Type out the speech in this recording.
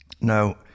Now